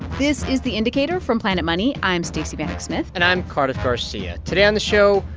this is the indicator from planet money. i'm stacey vanek smith and i'm cardiff garcia. today on the show,